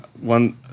One